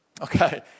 Okay